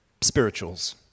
spirituals